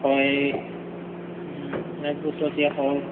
হয় এক বছৰ হয়